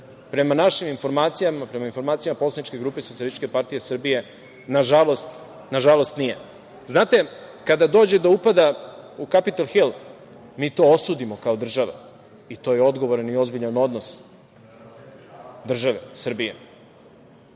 Prema našim informacijama, prema informacijama poslaničke grupe SPS, nažalost, nije. Znate, kada dođe do upada u Kapitol hil, mi to osudimo kao država i to je odgovoran i ozbiljan odnos države Srbije.